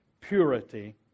purity